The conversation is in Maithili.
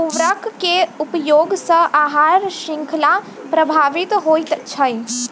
उर्वरक के उपयोग सॅ आहार शृंखला प्रभावित होइत छै